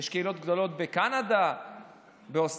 יש קהילות גדולות בקנדה, באוסטרליה,